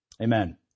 Amen